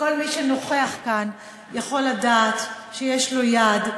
שכל מי שנוכח כאן יכול לדעת שיש לו יד,